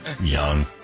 Young